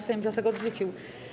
Sejm wniosek odrzucił.